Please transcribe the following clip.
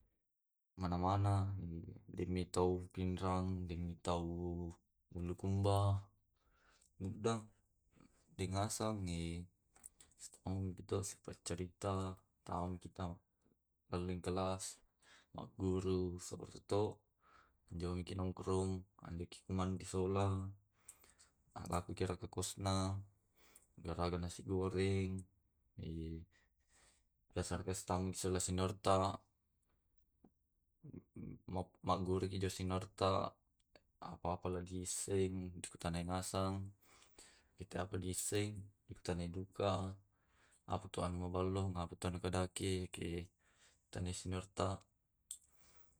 Mana mana deme tau pinrang, deme tau bulukumba, udang dengasange sipacarita. Aling kelas makuru sosoroto jomiki nongkrong andeki kumande solang alaku kira ke kosna garaga nasi goreng salang seta silong seniorta, maguruki diseniorta, apaapale diseng kalai tangasang, makape ki diseng kalaeng duka. Apotoaomabalong apotoauadake yake tenasenior ta